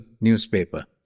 newspaper